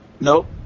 Nope